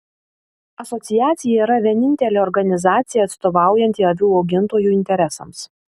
asociacija yra vienintelė organizacija atstovaujanti avių augintojų interesams